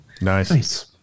Nice